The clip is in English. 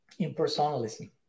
impersonalism